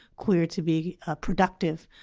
queer! to be ah productive,